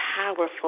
powerful